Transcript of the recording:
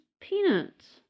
peanuts